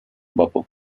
bubble